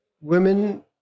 women